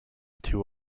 two